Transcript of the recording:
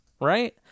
right